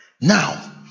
Now